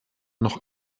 noch